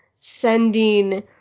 sending